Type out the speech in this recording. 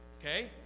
Okay